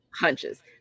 hunches